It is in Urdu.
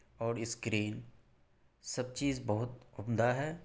اور اسکرین سب چیز بہت عمدہ ہے